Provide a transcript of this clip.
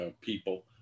people